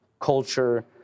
culture